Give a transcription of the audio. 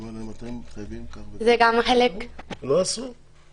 אני גם באתי לעשות שירות כי זה גם חלק מהחלום שלי,